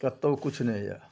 कतहु किछु नहि यऽ